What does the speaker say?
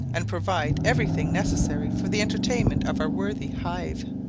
and provide every thing necessary for the entertainment of our worthy hive.